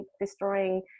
destroying